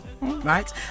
right